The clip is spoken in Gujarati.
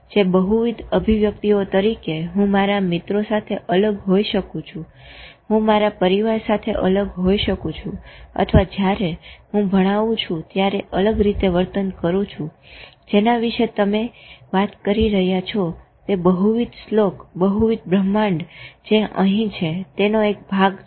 જે બહુવિધ અભીવ્યક્તિઓ તરીકે હું મારા મિત્રો સાથે અલગ હોઈ શકું છું હું મારા પરિવાર સાથે અલગ હોઈ શકું છું અથવા જયારે હું ભણાવું છું ત્યારે હું અલગ રીતે વર્તન કરું છું જેના વિશે તમે વાત કરી રહ્યા છો તે બહુવિધ શ્લોક અને બહુવિધ બ્રહ્માંડ જે અહી છે તેનો એક ભાગ છે